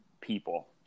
people